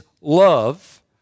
love